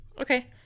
Okay